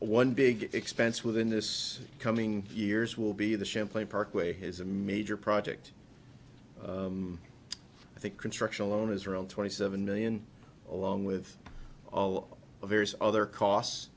one big expense within this coming years will be the champlain parkway has a major project i think construction alone is around twenty seven million along with all the various other costs